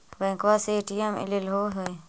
बैंकवा से ए.टी.एम लेलहो है?